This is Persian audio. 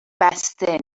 بسته